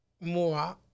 more